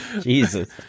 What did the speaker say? Jesus